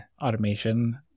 automation